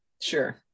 Sure